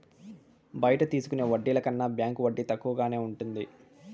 బయట తీసుకునే వడ్డీల కన్నా బ్యాంకు వడ్డీ తక్కువగానే ఉంటది